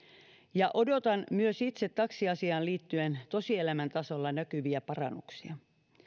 ja odotan myös itse taksiasiaan liittyen tosielämän tasolla näkyviä parannuksia